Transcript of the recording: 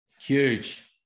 Huge